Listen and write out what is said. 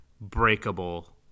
breakable